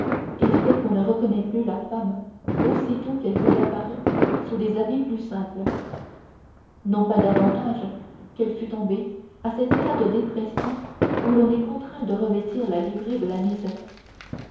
et fait qu'on ne reconnaît plus la femme aussitôt qu'elle vous apparaît sous des habits plus simples non pas davantage qu'elle fût tombée à cet état de dépression où l'on est contraint de revêtir la livrée de la misère